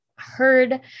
heard